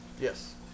Yes